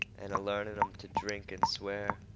an' a-learning em to drink and swear.